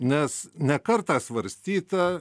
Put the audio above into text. nes ne kartą svarstyta